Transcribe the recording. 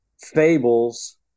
fables